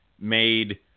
made